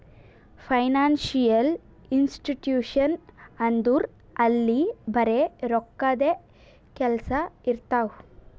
financial institution ಅಂದುರ್ ಅಲ್ಲಿ ಬರೆ ರೋಕ್ಕಾದೆ ಕೆಲ್ಸಾ ಇರ್ತಾವ